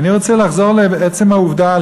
ואני רוצה לחזור לעצם העובדה,